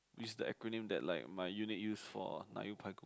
which is the acronym that like my unique use for 奶油排骨饭